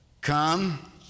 come